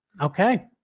Okay